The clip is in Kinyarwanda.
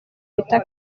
bita